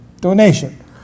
donation